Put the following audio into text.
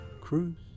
Cruise